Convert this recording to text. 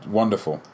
wonderful